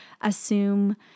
assume